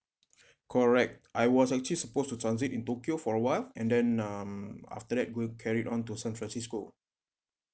correct I was actually supposed to transit in tokyo for a while and then um after that will carry on to san francisco